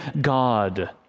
God